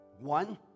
One